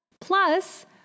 Plus